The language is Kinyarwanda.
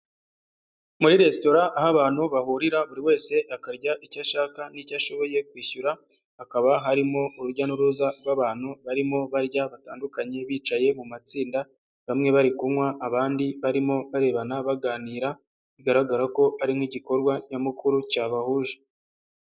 Muri resitora aho abantu bahurira buri wese akarya icyo ashaka n'icyo ashoboye kwishyura, hakaba harimo urujya n'uruza rw'abantu barimo barya batandukanye bicaye mu matsinda bamwe bari kunywa abandi barimo barebana baganira bigaragara ko ari nk'igikorwa nyamukuru cyabahuje.